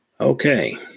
Okay